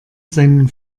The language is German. seinen